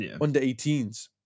under-18s